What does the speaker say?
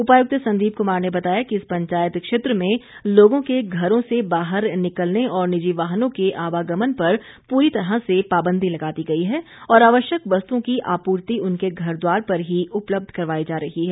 उपायुक्त संदीप कुमार ने बताया कि इस पंचायत क्षेत्र में लोगों के घरों से बाहर निकलने और निजी वाहनों के आवागमन पर पूरी तरह से पाबंदी लगा दी गई है और आवश्यक वस्तुओं की आपूर्ति उनके घरद्वार पर ही उपलब्ध करवाई जा रही है